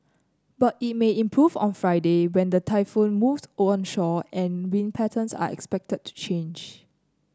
but it may improve on Friday when the typhoon moves onshore and wind patterns are expected to change